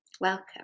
Welcome